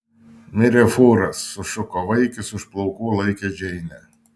mirė fūras sušuko vaikis už plaukų laikęs džeinę